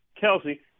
Kelsey